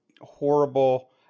horrible